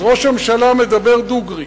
אז ראש הממשלה מדבר דוגרי.